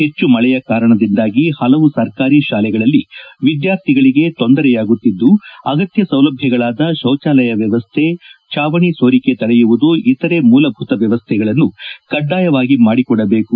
ಹೆಚ್ಚು ಮಳೆಯ ಕಾರಣದಿಂದಾಗಿ ಹಲವು ಸರ್ಕಾರಿ ಶಾಲೆಗಳಲ್ಲಿ ವಿದ್ಯಾರ್ಥಿಗಳಿಗೆ ತೊಂದರೆಯಾಗುತ್ತಿದ್ದು ಅಗತ್ಯ ಸೌಲಭ್ಯಗಳಾದ ಶೌಚಾಲಯ ವ್ಯವಸ್ಥೆ ಚಾವಣಿ ಸೋರಿಕೆ ತಡೆಯುವುದು ಇತರೆ ಮೂಲಭೂತ ವ್ಯವಸ್ಥೆಗಳನ್ನು ಕಡ್ಡಾಯವಾಗಿ ಮಾಡಿಕೊಡಬೇಕು